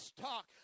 talk